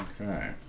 Okay